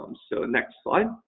um so, next slide.